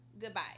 goodbye